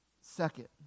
Second